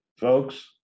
folks